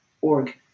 org